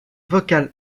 vocal